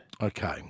Okay